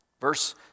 Verse